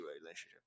relationship